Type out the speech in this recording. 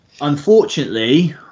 unfortunately